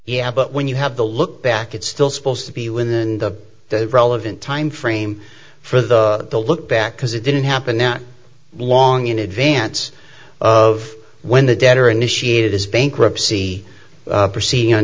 yeah but when you have the look back it's still supposed to be within the relevant time frame for the to look back because it didn't happen not long in advance of when the debtor initiated this bankruptcy proceeding